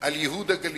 על ייהוד הגליל.